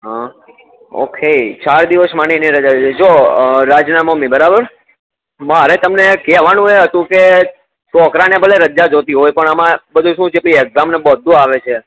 હ ઓકે ચાર દિવસ માટે ની રજા જોઈએ છે જો રાજના મમ્મી બરાબર મારે તમને કેવાનું એ હતુ કે છોકરા ને ભલે રજા જોતી હોય આ અમારે બધુ શું છે પછી એક્ઝામ ને બધું આવે છે